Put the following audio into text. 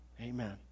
Amen